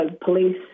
police